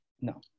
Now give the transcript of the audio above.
No